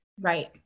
Right